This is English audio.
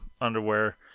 underwear